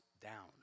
down